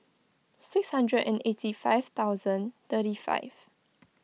six hundred and eight five thousand thirty five